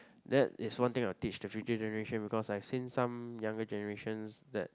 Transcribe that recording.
that is one thing I will teach the future generation because I've seen some younger generations that